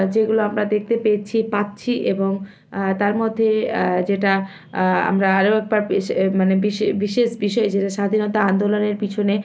যেগুলো আমরা দেখতে পেয়েছি পাচ্ছি এবং তার মধ্যে যেটা আমরা আরও একবার বেশি মানে বিশেষ বিশেষ যেটা স্বাধীনতা আন্দোলনের পিছনে